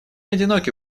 одиноки